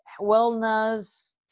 wellness